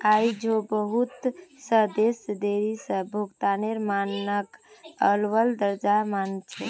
आई झो बहुत स देश देरी स भुगतानेर मानकक अव्वल दर्जार मान छेक